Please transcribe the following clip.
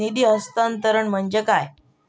निधी हस्तांतरण म्हणजे काय?